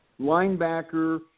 linebacker